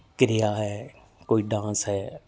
ਕਿਰਿਆ ਹੈ ਕੋਈ ਡਾਂਸ ਹੈ